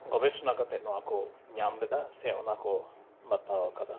ᱜᱚᱵᱮᱥᱚᱱᱟ ᱠᱟᱛᱮ ᱱᱚᱣᱟᱠᱚ ᱧᱟᱢ ᱞᱮᱫᱟ ᱥᱮ ᱚᱱᱟᱠᱚ ᱵᱟᱛᱟᱣ ᱟᱠᱟᱫᱟ